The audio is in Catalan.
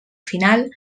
final